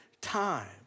time